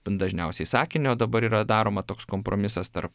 ten dažniausiai sakinio dabar yra daroma toks kompromisas tarp